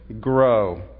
grow